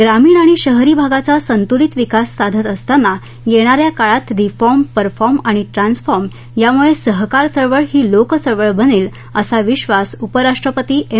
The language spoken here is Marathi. ग्रामीण आणि शहरी भागाचा संतुलित विकास साधत असताना येणाऱ्या काळात रिफॉम परफॉर्म आणि ट्रान्सफॉर्मयामुळे सहकार चळवळ ही लोकचळवळ बनेल असा विधास उपराष्ट्रपती एम